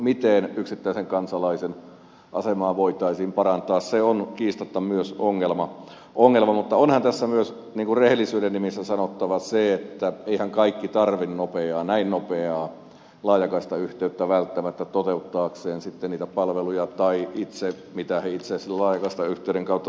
miten yksittäisen kansalaisen asemaa voitaisiin parantaa se on kiistatta myös ongelma mutta onhan tässä myös niin kuin rehellisyyden nimissä sanottava se että eiväthän kaikki tarvitse näin nopeaa laajakaistayhteyttä välttämättä toteuttaakseen sitten niitä palveluja tai mitä he itse asiassa laajakaistayhteyden kautta saavatkaan